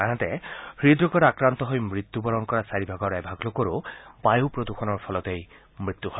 আনহাতে হৃদৰোগত আক্ৰান্ত হৈ মৃত্যুবৰণ কৰা চাৰি ভাগৰ এভাগ লোকৰো বায়ু প্ৰদুষণৰ ফলতেই মৃত্যু হয়